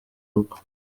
rugo